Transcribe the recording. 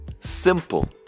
simple